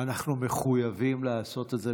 אנחנו מחויבים לעשות את זה.